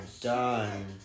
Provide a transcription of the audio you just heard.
done